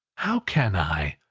how can i?